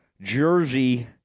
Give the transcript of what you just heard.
jersey